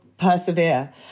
persevere